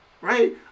right